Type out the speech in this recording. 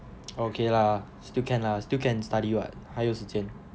okay lah still can lah still can study [what] 还有时间